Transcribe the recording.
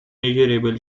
measurable